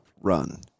run